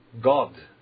God